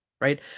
right